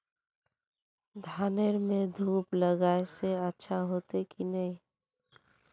धानेर में धूप लगाए से अच्छा होते की नहीं?